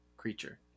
creature